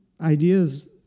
Ideas